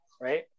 right